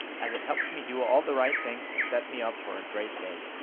as it helps me do all the right things to set me up for a great day.